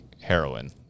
heroin